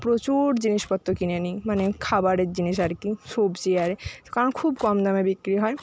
প্রচুর জিনিসপত্র কিনে আনি মানে খাবারের জিনিষ আর কি সবজি আর কারণ খুব কম দামে বিক্রি হয়